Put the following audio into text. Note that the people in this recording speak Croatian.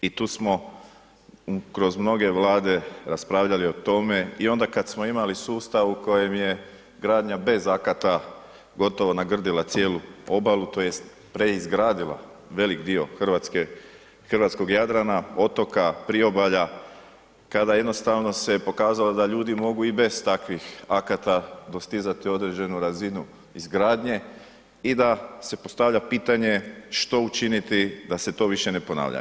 I tu smo kroz mnoge Vlade raspravljali o tome i onda kad smo imali sustav u kojem je gradnja bez akata gotovo nagrdila cijelu obalu tj. preizgradila velik dio hrvatskog Jadrana, otoka, priobalja, kada jednostavno se pokazalo da ljudi mogu i bez takvih akata dostizati određenu razinu izgradnje i da se postavlja pitanje što učiniti da se to više ne ponavlja?